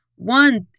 One